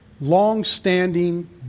long-standing